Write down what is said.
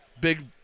big